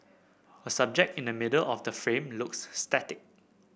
a subject in the middle of the frame looks static